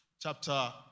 chapter